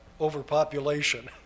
overpopulation